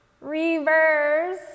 Reverse